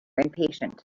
impatient